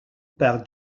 par